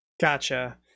gotcha